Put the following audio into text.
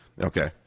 Okay